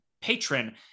patron